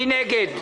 מי נגד?